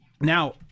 now